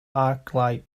arclight